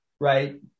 right